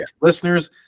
listeners